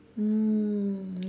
mm